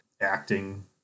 acting